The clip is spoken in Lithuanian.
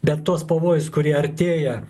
bet tuos pavojus kurie artėja